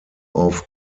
auf